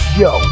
yo